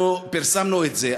אנחנו פרסמנו את זה,